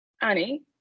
Annie